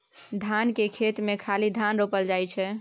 धान केर खेत मे खाली धान रोपल जाइ छै